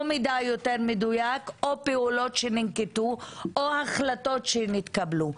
מידע יותר מדויק או פעולות שננקטו או החלטות שהתקבלו.